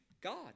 God